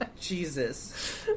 Jesus